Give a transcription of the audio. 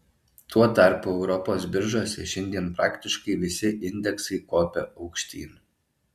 tuo tarpu europos biržose šiandien praktiškai visi indeksai kopia aukštyn